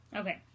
okay